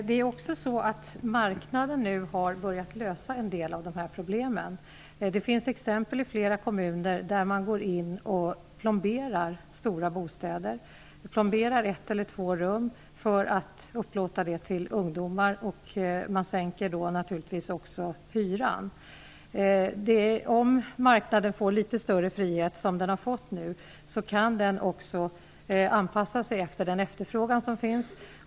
Herr talman! Marknaden har nu börjat lösa en del av dessa problem. Det finns exempel från flera kommuner där man går in och plomberar ett eller två rum i stora bostäder för att upplåta dem till ungdomar. Då sänks naturligtvis också hyran. Om marknaden får litet större frihet, vilket den nu har fått, kan den också anpassa sig till den efterfrågan som finns.